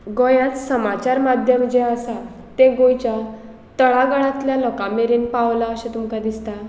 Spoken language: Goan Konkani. गोंयांत समाचार माद्यम जें आसा तें गोंयच्या तळागळांतल्या लोकां मेरेन पावलां अशें तुमकां दिसता